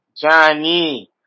Johnny